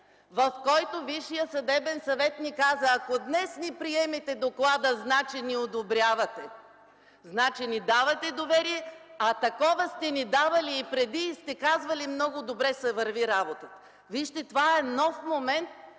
в който Висшият съдебен съвет ни каза: „Ако днес ни приемате доклада, значи ни одобрявате, значи ни давате доверие, а такова сте ни давали и преди, и сте казвали: „Много добре върви работата.” Вижте, това е нов момент,